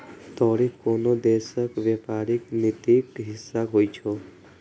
tariff कोनो देशक व्यापारिक नीतिक हिस्सा होइ छै